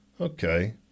Okay